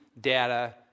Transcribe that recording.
data